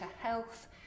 health